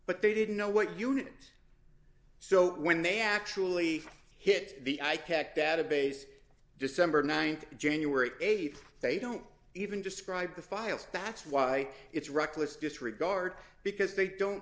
but they didn't know what units so when they actually hit the ikat database december th january th they don't even describe the files that's why it's reckless disregard because they don't